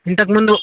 ఇంతకు ముందు